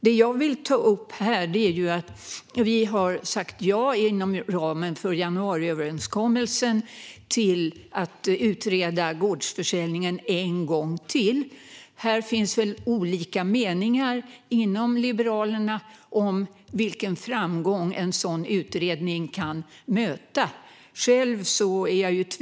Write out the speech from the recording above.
Det jag vill ta upp här är att vi inom ramen för januariöverenskommelsen har sagt ja till att utreda gårdsförsäljningen en gång till. Det finns olika meningar inom Liberalerna om vilken framgång en sådan utredning kan möta.